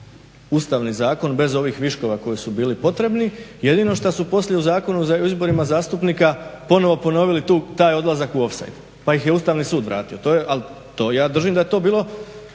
ustavni zakon bez ovih viškova koji su bili potrebni. Jedino što su poslije u Zakonu o izboru zastupnika ponovno ponovili taj odlazak u ofsajd, pa ih je Ustavni sud vratio. To je, to ja držim da je to bilo